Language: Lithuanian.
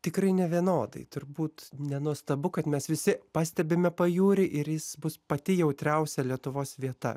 tikrai nevienodai turbūt nenuostabu kad mes visi pastebime pajūrį ir jis bus pati jautriausia lietuvos vieta